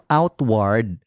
outward